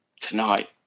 tonight